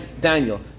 Daniel